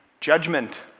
Judgment